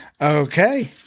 Okay